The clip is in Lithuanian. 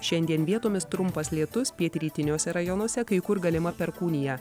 šiandien vietomis trumpas lietus pietrytiniuose rajonuose kai kur galima perkūnija